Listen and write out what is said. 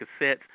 cassettes